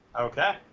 okay